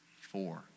four